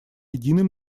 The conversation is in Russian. единый